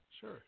Sure